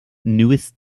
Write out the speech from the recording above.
newest